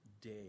day